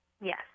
Yes